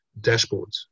dashboards